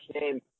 name